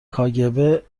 کاگب